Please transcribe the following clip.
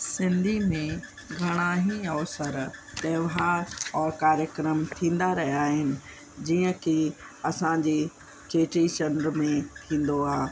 सिंधी में घणा ई अवसर तहिवार और कार्यक्रम थींदा रहिया आहिनि जीअं कि असांजे चेटीचंड में थींदो आहे